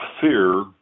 fear